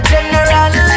General